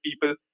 people